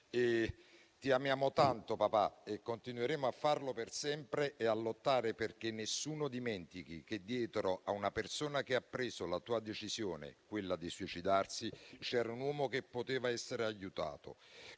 «Ti amiamo tanto e continueremo a farlo per sempre e a lottare perché nessuno dimentichi che dietro a una persona che ha preso la tua decisione c'era un uomo che poteva essere aiutato».